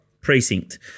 precinct